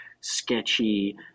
sketchy